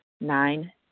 Nine